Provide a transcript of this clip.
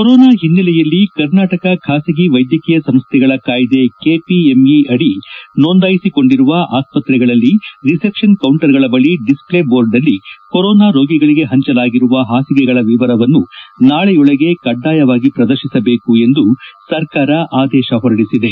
corona ಹಿನೈಲೆಯಲ್ಲಿ ಕರ್ನಾಟಕ ಖಾಸಗಿ ವೈದ್ಯಕೀಯ ಸಂಸ್ಥೆಗಳ ಕಾಯ್ಲೆ ಕೆಪಿಎಂಇ ಅಡಿ ನೋಂದಾಯಿಸಿಕೊಂಡಿರುವ ಆಸ್ಪತ್ರೆಗಳಲ್ಲಿ ರಿಸೆಪ್ಸನ್ ಕೌಂಟರ್ಗಳ ಬಳಿ ಡಿಸ್ಫ್ವೇ ಬೋರ್ಡ್ನಲ್ಲಿ ಕೊರೊನಾ ರೋಗಿಗಳಿಗೆ ಪಂಚಲಾಗಿರುವ ಹಾಸಿಗೆಗಗಳ ವಿವರವನ್ನು ನಾಳೆಯೊಳಗೆ ಕಡ್ಡಾಯವಾಗಿ ಪ್ರದರ್ಶಿಸಬೇಕು ಎಂದು ಸರ್ಕಾರ ಆದೇಶ ಹೊರಡಿಸಿದೆ